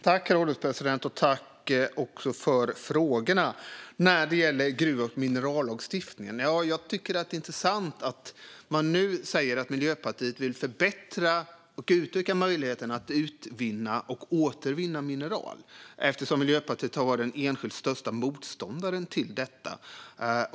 Herr ålderspresident! Tack, ledamoten Elin Söderberg, för frågorna när det gäller gruv och minerallagstiftningen! Jag tycker att det är intressant att man nu säger att Miljöpartiet vill förbättra och utöka möjligheten att utvinna och återvinna mineral, eftersom Miljöpartiet har varit den enskilt största motståndaren till detta.